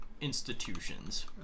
institutions